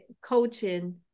coaching